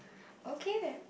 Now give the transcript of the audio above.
okay then